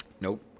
Nope